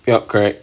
yup correct